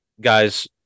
Guys